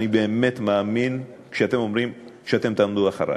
אני באמת מאמין לכם כשאתם אומרים שאתם תעמדו מאחורי.